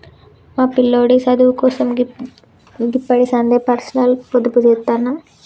మా పిల్లోడి సదువుకోసం గిప్పడిసందే పర్సనల్గ పొదుపుజేత్తన్న